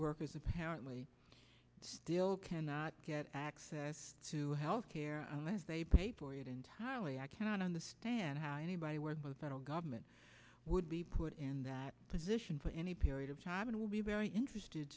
workers apparently still cannot get access to health care unless they pay for it entirely i cannot understand how anybody with federal government would be put in that position for any period time will be very interested